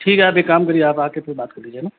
ठीक है आप एक काम करिए आप आकर के बात कर लीजिए है ना